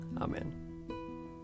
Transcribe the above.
Amen